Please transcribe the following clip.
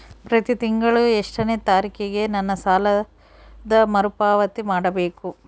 ಪ್ರತಿ ತಿಂಗಳು ಎಷ್ಟನೇ ತಾರೇಕಿಗೆ ನನ್ನ ಸಾಲದ ಮರುಪಾವತಿ ಮಾಡಬೇಕು?